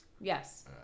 Yes